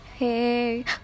Hey